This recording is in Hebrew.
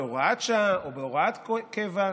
בהוראת שעה או בהוראת קבע,